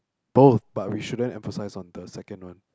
oh but we shouldn't emphasize on the second one